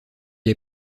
est